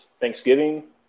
Thanksgiving